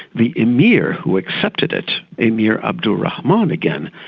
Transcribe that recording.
the amir who accepted it, amir abdul rahman again,